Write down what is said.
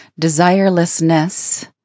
desirelessness